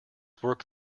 work